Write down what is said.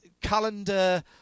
calendar